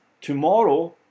tomorrow